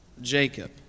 Jacob